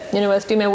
university